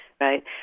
right